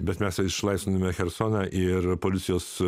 bet mes išlaisviname chersoną ir policijos